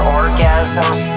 orgasms